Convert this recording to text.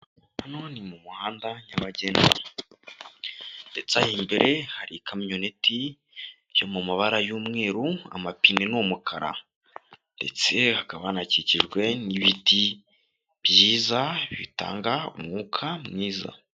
Hano ni mu muhanda nyabagendwa ndetse aha imbere hari ikamyoneti yo mu mabara y'umweru amapine ni umukara ndetse hakaba hanakikijwe n'ibiti byiza bitanga umwuka mwiza.